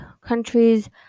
countries